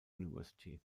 university